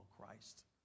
Christ